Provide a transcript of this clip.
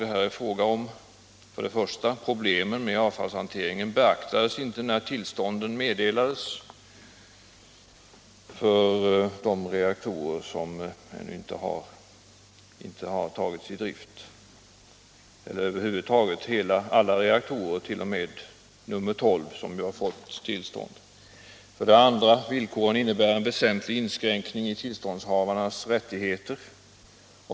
För det första beaktades inte problemen med avfallshanteringen, när tillstånd meddelades för de reaktorer som ännu inte har tagits i drift —- Över huvud taget alla reaktorer t.o.m. nr 12. För det andra innebär villkoren en väsentlig inskränkning i tillståndshavarnas rättigheter.